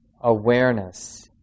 awareness